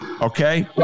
Okay